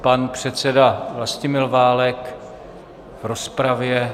Pan předseda Vlastimil Válek v rozpravě.